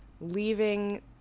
leaving